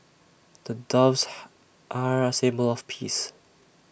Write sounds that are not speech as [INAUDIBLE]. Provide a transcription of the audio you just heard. [NOISE] doves are A symbol of peace